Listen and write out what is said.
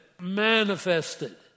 manifested